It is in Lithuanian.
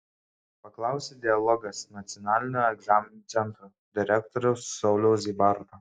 paklausė dialogas nacionalinio egzaminų centro direktoriaus sauliaus zybarto